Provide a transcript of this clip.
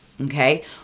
okay